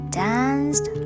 danced